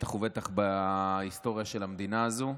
בטח ובטח בהיסטוריה של המדינה הזו.